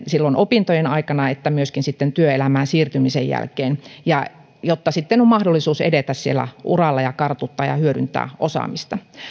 silloin opintojen aikana että myöskin sitten työelämään siirtymisen jälkeen jotta on mahdollisuus edetä uralla ja kartuttaa ja hyödyntää osaamista